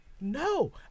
No